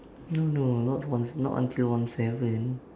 no no not one not until one seven